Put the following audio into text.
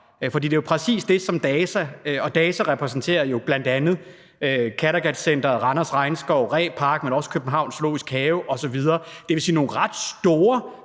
for det er jo præcis det, som DAZA ventede på. DAZA repræsenterer jo bl.a. Kattegatcentret, Randers Regnskov, Ree Park, men også København Zoo osv., dvs. nogle ret store